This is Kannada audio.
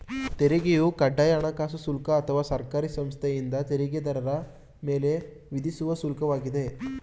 ತೆರಿಗೆಯು ಕಡ್ಡಾಯ ಹಣಕಾಸು ಶುಲ್ಕ ಅಥವಾ ಸರ್ಕಾರಿ ಸಂಸ್ಥೆಯಿಂದ ತೆರಿಗೆದಾರರ ಮೇಲೆ ವಿಧಿಸುವ ಶುಲ್ಕ ವಾಗಿದೆ